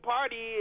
Party